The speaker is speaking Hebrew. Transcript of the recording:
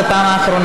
לצערי,